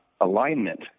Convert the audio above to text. alignment